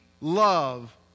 love